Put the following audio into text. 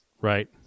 Right